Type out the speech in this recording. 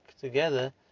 together